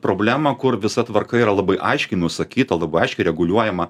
problema kur visa tvarka yra labai aiškiai nusakyta labai aiškiai reguliuojama